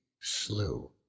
slew